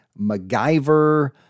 MacGyver